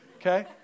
okay